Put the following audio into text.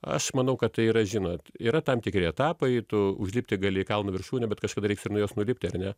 aš manau kad tai yra žinot yra tam tikri etapai tu užlipti gali į kalno viršūnę bet kažkada reiks ir nuo jos nulipti ar ne